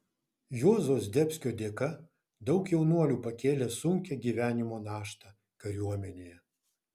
juozo zdebskio dėka daug jaunuolių pakėlė sunkią gyvenimo naštą kariuomenėje